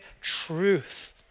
truth